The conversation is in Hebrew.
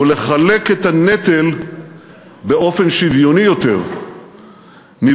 ולחלק את הנטל באופן שוויוני יותר מבלי